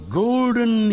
golden